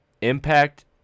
impact